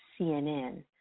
CNN